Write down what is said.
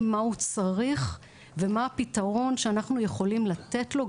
מה הוא צריך ומה הפתרון שאנחנו יכולים לתת לו,